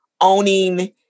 owning